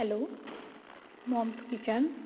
hello moms kitchen